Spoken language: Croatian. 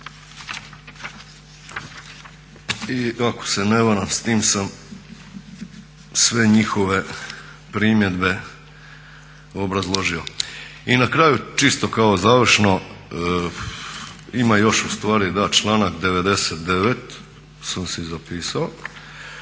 I ako se ne varam s tim sam sve njihove primjedbe obrazložio. I na kraju čisto kao završno, ima još ustvari članak 99.sam si zapisao.